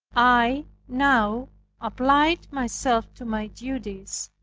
i now applied myself to my duties,